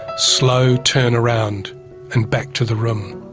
slow, turn around and back to the room,